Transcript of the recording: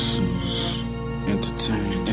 Entertain